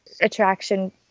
attraction